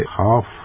half